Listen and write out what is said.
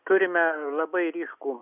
turime labai ryškų